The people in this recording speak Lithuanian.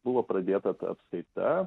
buvo pradėta ta apskaita